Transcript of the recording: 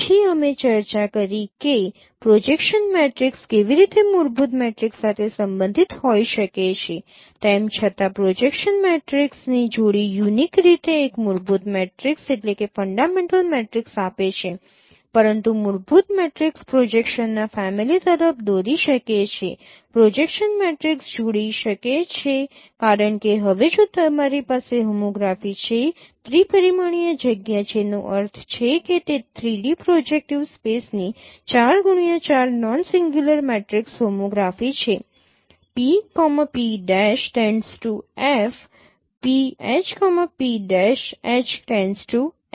પછી અમે ચર્ચા કરી કે પ્રોજેક્શન મેટ્રિક્સ કેવી રીતે મૂળભૂત મેટ્રિક્સ સાથે સંબંધિત હોઈ શકે છે તેમ છતાં પ્રોજેક્શન મેટ્રિક્સની જોડી યુનિક રીતે એક મૂળભૂત મેટ્રિક્સ આપે છે પરંતુ મૂળભૂત મેટ્રિક્સ પ્રોજેક્શનના ફેમિલી તરફ દોરી શકે છે પ્રોજેક્શન મેટ્રિક્સ જોડી શકે છે કારણ કે હવે જો તમારી પાસે હોમોગ્રાફી છે ત્રિ પરિમાણીય જગ્યા જેનો અર્થ છે કે તે 3 ડી પ્રોજેક્ટીવ સ્પેસની 4 X 4 non singular matrix homography છે